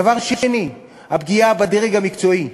דבר שני, הפגיעה בדרג המקצועי,